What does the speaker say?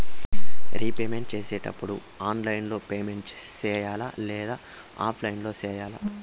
repayment సేసేటప్పుడు online లో payment సేయాలా లేదా ఆఫ్లైన్ లో సేయాలా